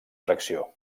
tracció